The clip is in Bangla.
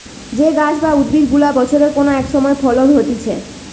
যে গাছ বা উদ্ভিদ গুলা বছরের কোন এক সময় ফল হতিছে